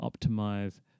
optimize